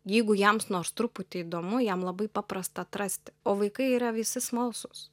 jeigu jiems nors truputį įdomu jiem labai paprasta atrasti o vaikai yra visi smalsūs